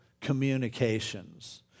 communications